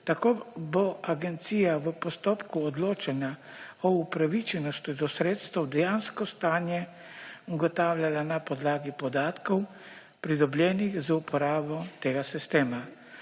Tako bo agencija v postopku odločanja o upravičenosti do sredstev dejansko stanje ugotavljala na podlagi podatkov, pridobljenih z uporabo tega sistema,